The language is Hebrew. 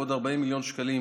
ועוד 40 מיליון שקלים